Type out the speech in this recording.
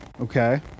Okay